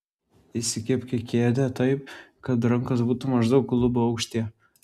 įsikibk į kėdę taip kad rankos būtų maždaug klubų aukštyje